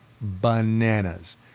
bananas